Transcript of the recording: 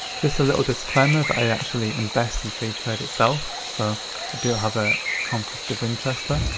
just a little disclaimer that i actually invest in freetrade itself so i do have a conflict of interest there.